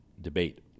debate